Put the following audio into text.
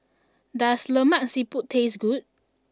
does Lemak Siput taste good